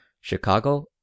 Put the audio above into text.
Chicago